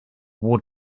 war